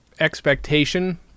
expectation